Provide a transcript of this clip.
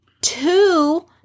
two